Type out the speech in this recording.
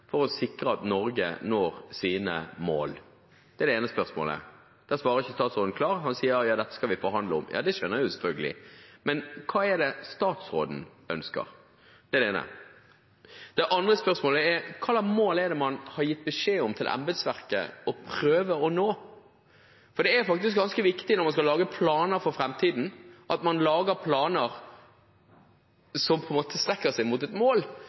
for å sikre at Norge når sine mål? Det er det ene spørsmålet. Der svarer ikke statsråden klart. Han sier at dette skal vi forhandle om. Ja, det skjønner jeg selvfølgelig. Men hva er det statsråden ønsker? – Det er det ene. Det andre spørsmålet er: Hva slags mål er det man har gitt beskjed om til embetsverket at man prøver å nå? Det er faktisk ganske viktig når man skal lage planer for framtiden, at man lager planer som strekker seg mot et mål.